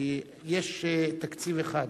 כי יש תקציב אחד